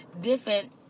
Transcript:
different